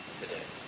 today